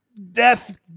Death